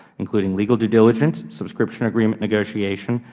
including legal due diligence, subscription agreement negotiation,